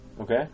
Okay